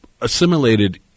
assimilated